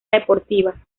deportiva